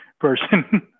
person